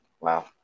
wow